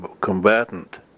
combatant